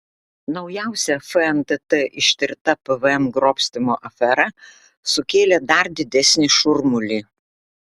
naujausia fntt ištirta pvm grobstymo afera sukėlė dar didesnį šurmulį